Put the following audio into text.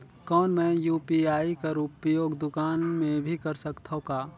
कौन मै यू.पी.आई कर उपयोग दुकान मे भी कर सकथव का?